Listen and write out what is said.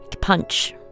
punch